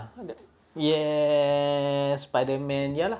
!yay! spiderman ya lah